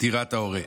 דירת ההורה.